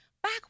Back